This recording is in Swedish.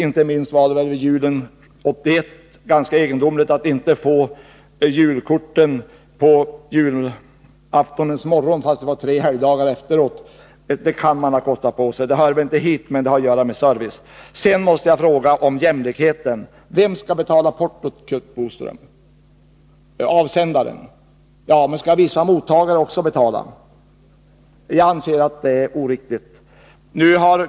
Inte minst var det egendomligt att julen 1981 inte få julkorten på julaftonens morgon, trots att det därefter följde tre helgdagar. Man kunde ha kostat på sig att göra en extra ansträngning i det sammanhanget. Det har att göra med postverkets service. Jag vill också ta upp jämlikhetsaspekten. Vem skall betala portot, Curt Boström? Det är tydligen avsändaren som skall göra det. Men skall i vissa lägen också mottagaren betala? Jag anser att det är oriktigt.